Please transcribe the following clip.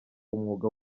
umwuga